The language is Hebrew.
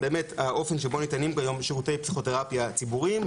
האופן שבו ניתנים כיום שירותי פסיכותרפיה ציבוריים,